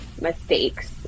mistakes